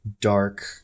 dark